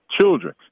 children